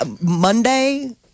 Monday